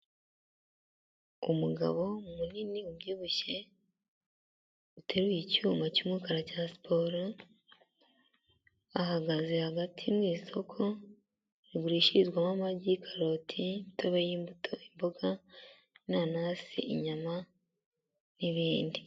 Umugabo munini ubyibushye, uteruye icyuma cy'umukara cya siporo, ahagaze hagati mu isoko, rigurishirizwamo amagi, karoti, imitobe y'imbuto, imboga, inanasi, inyama n'ibindi.